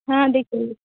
हाँ दिख रही है